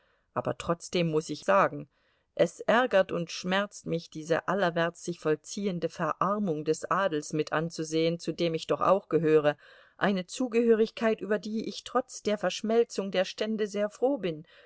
aber trotzdem muß ich sagen es ärgert und schmerzt mich diese allerwärts sich vollziehende verarmung des adels mit anzusehen zu dem ich doch auch gehöre eine zugehörigkeit über die ich trotz der verschmelzung der stände sehr froh bin